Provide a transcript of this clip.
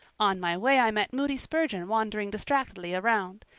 on my way i met moody spurgeon wandering distractedly around.